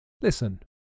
Listen